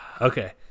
Okay